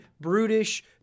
brutish